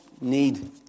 need